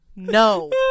No